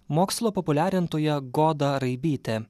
mokslo populiarintoja goda raibytė